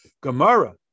Gemara